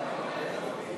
מסדר-היום את